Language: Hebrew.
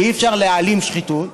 כי אי-אפשר להעלים שחיתות.